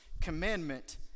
commandment